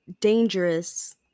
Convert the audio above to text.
dangerous